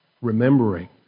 remembering